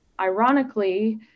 Ironically